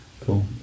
Cool